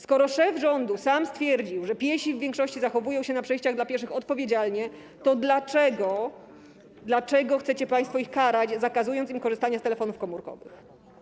Skoro szef rządu sam stwierdził, że piesi w większości zachowują się na przejściach dla pieszych odpowiedzialnie, to dlaczego chcecie państwo ich karać, zakazując im korzystania z telefonów komórkowych?